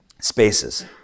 spaces